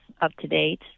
up-to-date